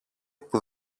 που